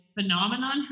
phenomenon